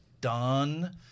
done